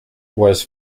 was